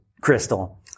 Crystal